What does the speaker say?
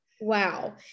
Wow